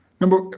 Number